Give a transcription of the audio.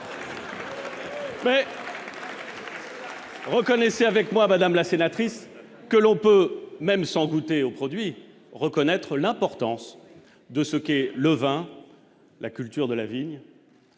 pays. Reconnaissez avec moi madame la sénatrice, que l'on peut même sans goûter aux produits reconnaître l'importance de ce qu'est le vin. La culture de la vigne,